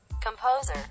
Composer